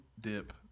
dip